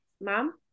mom